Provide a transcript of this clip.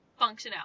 functionality